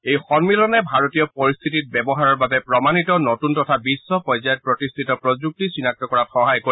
এই সম্মিলনে ভাৰতীয় পৰিস্থিতিত ব্যৱহাৰৰ বাবে প্ৰমাণিত নতুন তথা বিশ্ব পৰ্যায়ত প্ৰতিষ্ঠিত প্ৰযুক্তি চিনাক্ত কৰাত সহায় কৰিব